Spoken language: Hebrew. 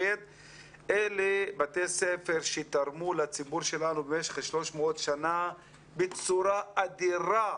אלה בתי ספר שתרמו לציבור שלנו במשך 300 שנים בצורה אדירה,